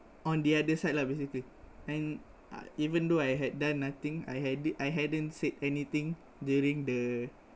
on the other side lah basically and uh even though I had done nothing I hadn't I hadn't said anything during the